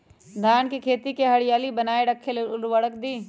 धान के खेती की हरियाली बनाय रख लेल उवर्रक दी?